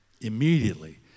Immediately